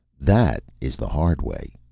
that is the hard way.